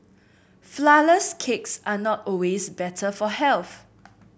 flourless cakes are not always better for health